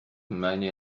money